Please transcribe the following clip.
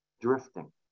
drifting